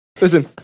Listen